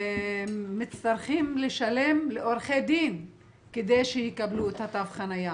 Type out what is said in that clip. מצטרכים לעורכי דין כדי שיקבלו תו חנייה.